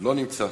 לא נמצא.